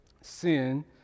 Sin